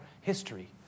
history